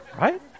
Right